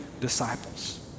disciples